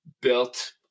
built